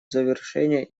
завершения